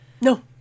No